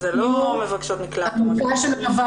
זה לא מבקשות מקלט או משהו כזה.